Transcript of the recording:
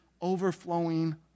overflowing